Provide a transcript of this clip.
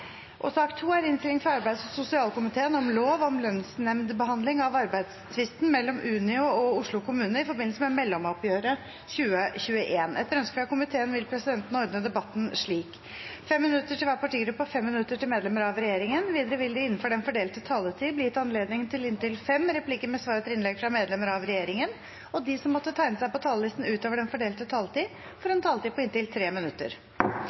til sak nr. 4. Etter ønske fra kommunal- og forvaltningskomiteen vil presidenten ordne debatten slik: 3 minutter til hver partigruppe og 3 minutter til medlemmer av regjeringen. Videre vil det – innenfor den fordelte taletid – bli gitt anledning til inntil seks replikker med svar etter innlegg fra medlemmer av regjeringen, og de som måtte tegne seg på talerlisten utover den fordelte taletid, får en taletid på inntil 3 minutter.